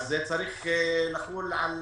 זה צריך לחול על